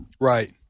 Right